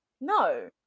No